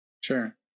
Sure